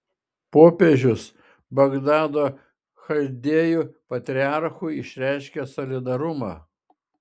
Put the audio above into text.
popiežius bagdado chaldėjų patriarchui išreiškė solidarumą